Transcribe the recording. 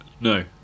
no